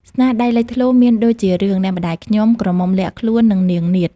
ស្នាដៃលេចធ្លោមានដូចជារឿង អ្នកម្តាយខ្ញុំ ក្រមុំលាក់ខ្លួន និង នាងនាថ។